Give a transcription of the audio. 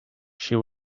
she